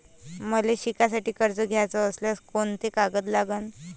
मले शिकासाठी कर्ज घ्याचं असल्यास कोंते कागद लागन?